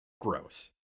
Gross